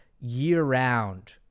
year-round